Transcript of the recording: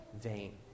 vain